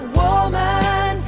woman